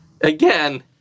Again